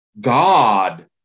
God